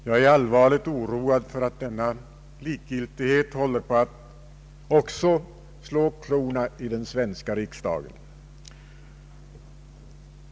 Jag är allvarligt oroad för att denna likgiltighet håller på att slå klorna i den svenska riksdagen.